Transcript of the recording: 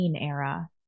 era